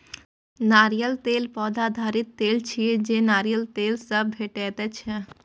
नारियल तेल पौधा आधारित तेल छियै, जे नारियल सं भेटै छै